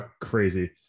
crazy